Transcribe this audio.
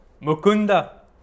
Mukunda